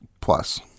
plus